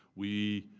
we